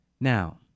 Now